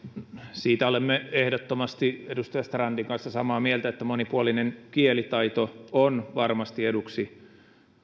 siitä olemme ehdottomasti edustaja strandin kanssa samaa mieltä että monipuolinen kielitaito on varmasti eduksi